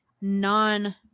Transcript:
non